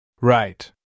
Right